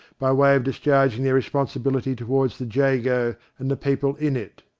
by way of discharging their responsibility toward the jago and the people in it.